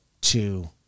two